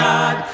God